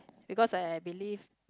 because I believe